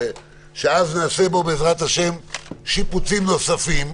שאז נעשה בו בעזרת השם שיפוצים נוספים.